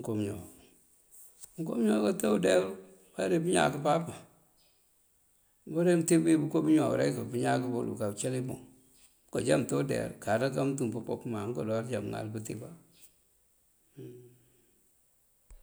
Mënko mëñoow kate udeyarú bare pëñáak páapan. Uwora wí mëntíb wí bëko bëñoow rek pëñáak bul kacëli puŋ. Mënko já mënte udeyar káaţ këká mëntum pëpok má mënko dooţ já mëŋal pëtíb bá.